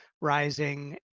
rising